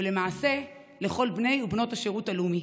ולמעשה לכל בני ובנות השירות הלאומי,